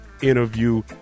interview